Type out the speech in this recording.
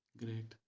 great